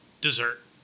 dessert